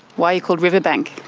why are you called riverbank?